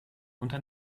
unter